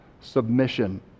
submission